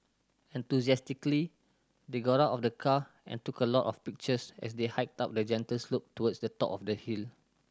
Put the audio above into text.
enthusiastically they got out of the car and took a lot of pictures as they hiked up a gentle slope towards the top of the hill